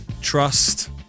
trust